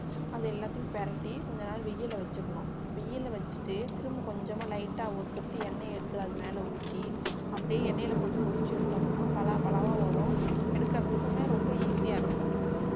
அது எல்லாத்தையும் பிரட்டி கொஞ்சம் நேரம் வெயில்ல வச்சுக்கணும் வெயில்ல வச்சுட்டு திரும்ப கொஞ்சமாக லைட்டாக ஒரு சொட்டு எண்ணெயை எடுத்து அதுமேல் ஊற்றி அப்படியே எண்ணெயில் போட்டு பொரித்து எடுத்தோம்னால் பலாபலாவா வரும் எடுக்கிறத்துக்குமே ரொம்ப ஈஸியாக இருக்கும்